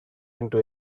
into